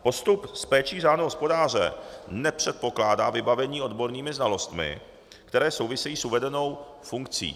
Postup s péčí řádného hospodáře nepředpokládá vybavení odbornými znalostmi, které souvisejí s uvedenou funkcí.